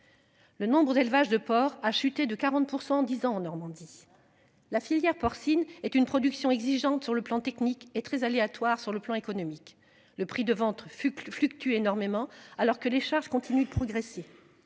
Le nombre d'élevages de porcs a chuté de 40% en 10 ans en Normandie. La filière porcine est une production exigeante sur le plan technique est très aléatoire sur le plan économique, le prix de ventre fuck fluctuent énormément alors que les charges continuent de progresser.